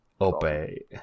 Obey